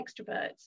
extroverts